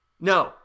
No